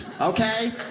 okay